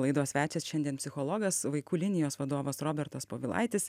laidos svečias šiandien psichologas vaikų linijos vadovas robertas povilaitis